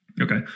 Okay